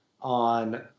on